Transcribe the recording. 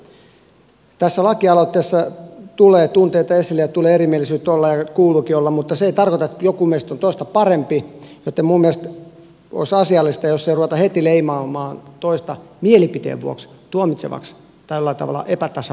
tätä lakialoitetta käsiteltäessä tulee tunteita esille ja tulee erimielisyyttä olla ja kuuluukin olla mutta se ei tarkoita että joku meistä on toista parempi joten minun mielestäni olisi asiallista jos ei ruveta heti leimaamaan toista mielipiteen vuoksi tuomitsevaksi tällä tavalla epätasa arvottomaksi henkilöksi